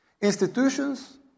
Institutions